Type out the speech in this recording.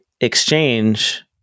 exchange